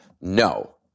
no